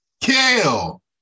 Kale